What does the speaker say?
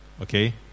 okay